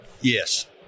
yes